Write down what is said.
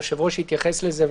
היושב-ראש התייחס לזה,